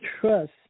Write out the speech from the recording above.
trust